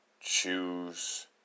choose